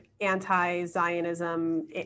anti-Zionism